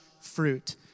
fruit